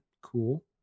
Cool